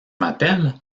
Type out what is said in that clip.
m’appelle